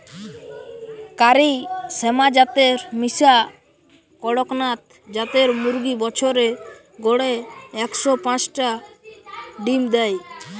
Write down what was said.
কারি শ্যামা জাতের মিশা কড়কনাথ জাতের মুরগি বছরে গড়ে একশ পাচটা ডিম দেয়